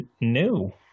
No